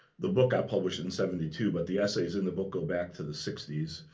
the book got published in seventy two, but the essays in the book go back to the sixty s.